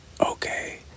Okay